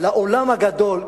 לעולם הגדול.